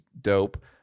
dope